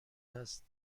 است